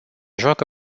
joacă